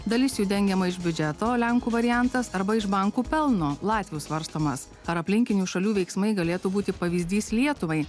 dalis jų dengiama iš biudžeto lenkų variantas arba iš bankų pelno latvių svarstomas ar aplinkinių šalių veiksmai galėtų būti pavyzdys lietuvai